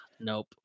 nope